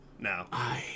now